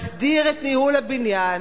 מסדיר את ניהול הבניין,